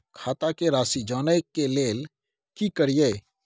खाता के राशि जानय के लेल की करिए?